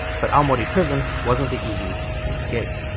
but aomori prison wasn't the easiest to escape.